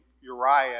Uriah